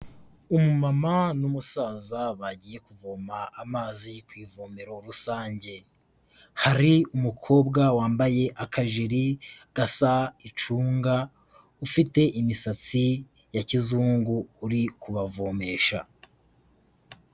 Umumama n'umusaza bagiye kuvoma amazi ku ivomero rusange, hari umukobwa wambaye akajeri gasa icunga, ufite imisatsi ya kizungu, uri kubavomesha.